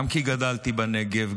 גם כי גדלתי בנגב,